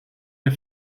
der